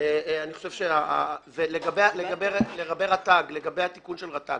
לגבי התיקון של רט"ג